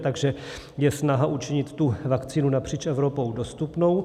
Takže je snaha učinit tu vakcínu napříč Evropou dostupnou.